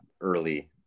early